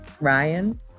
Ryan